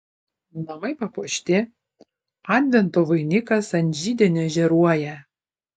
namai papuošti advento vainikas ant židinio žėruoja